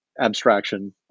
abstraction